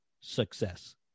success